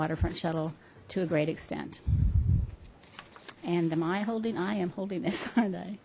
waterfront shuttle to a great extent and am i holding i am holding this